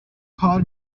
کار